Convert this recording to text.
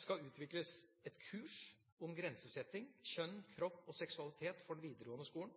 skal utvikles et kurs om grensesetting, kjønn, kropp og seksualitet for den videregående skolen.